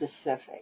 specific